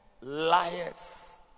liars